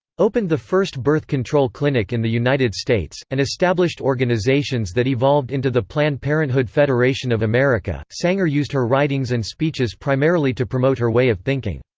opened the first birth control clinic in the united states, and established organizations that evolved into the planned parenthood federation of america sanger used her writings and speeches primarily to promote her way of thinking.